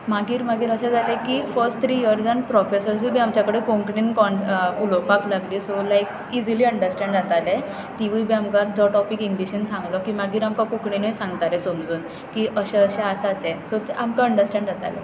मागीर मागीर अशें जालें की फर्स्ट थ्री इयर्सांत प्रोफेसरूय बी आमचे कडेन कोंकणीन उलोवपाक लागले सो लायक इजिली अंडरस्टॅण्ड जाताले तिवूय बी आमकां जो टॉपिक इंग्लिशीन सांगलो तो मागीर आमकां कोकणीनूय सांगताले समजून की अशे अशे आसा तें सो आमकां अंडरस्टॅण्ड जातालें